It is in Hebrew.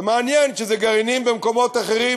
ומעניין, כשאלה גרעינים במקומות אחרים,